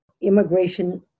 immigration